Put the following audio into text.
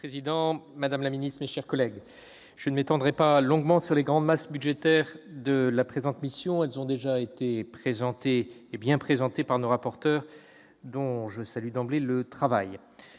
Monsieur le président, madame la ministre, mes chers collègues, je ne m'étendrai pas longuement sur les grandes masses budgétaires de la présente mission. Elles ont déjà été très bien présentées par nos rapporteurs, dont je salue l'excellent travail.